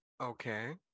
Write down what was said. Okay